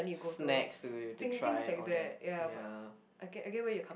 snacks to to try all that ya